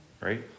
right